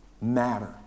matter